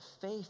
faith